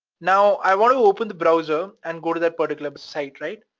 now, i want to open the browser and go to that particular site, right?